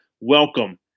Welcome